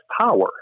power